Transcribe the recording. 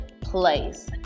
place